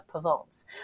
Provence